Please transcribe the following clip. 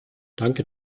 danke